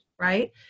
right